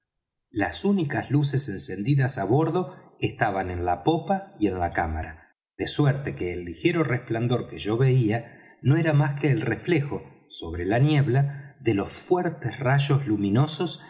las únicas luces encendidas á bordo estaban en la popa y en la cámara de suerte que el ligero resplandor que yo veía no era más que el reflejo sobre la niebla de los fuertes rayos luminosos